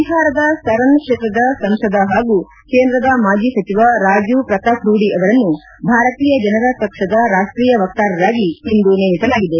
ಬಿಹಾರದ ಸರನ್ ಕ್ಷೇತ್ರದ ಸಂಸದ ಹಾಗೂ ಕೇಂದ್ರದ ಮಾಜಿ ಸಚಿವ ರಾಜೀವ್ ಪ್ರತಾಪ್ ರೂಢಿ ಅವರನ್ನು ಭಾರತೀಯ ಜನತಾ ಪಕ್ಷದ ರಾಷ್ಟೀಯ ವಕ್ತಾರರಾಗಿ ಇಂದು ನೇಮಿಸಲಾಗಿದೆ